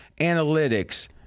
analytics